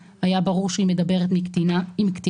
היה ברור שהיא מדברת עם קטינה.